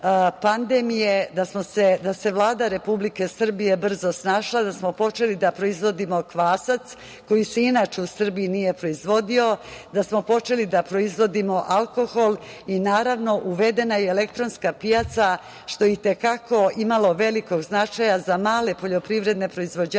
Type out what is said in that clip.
Vlada Republike Srbije brzo snašla, da smo počeli da proizvodimo kvasac, koji se inače u Srbiji nije proizvodio, da smo počeli da proizvodimo alkohol i naravno uvedena je i elektronska pijaca, što je i te kako imalo velikog značaja za male poljoprivredne proizvođače